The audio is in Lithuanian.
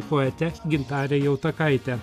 poete gintare jautakaite